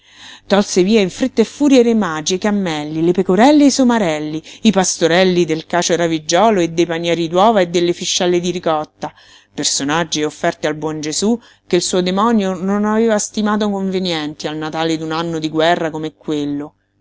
tolse via in fretta e furia i re magi e i cammelli le pecorelle e i somarelli i pastorelli del cacio raviggiolo e dei panieri d'uova e delle fiscelle di ricotta personaggi e offerte al buon gesú che il suo demonio non aveva stimato convenienti al natale d'un anno di guerra come quello